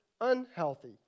unhealthy